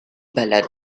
ballad